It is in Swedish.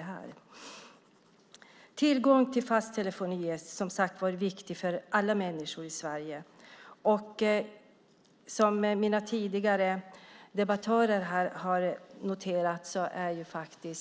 En tillgång till fast telefoni är viktig för alla människor i Sverige. Som tidigare debattörer här har noterat är